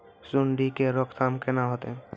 सुंडी के रोकथाम केना होतै?